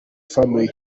family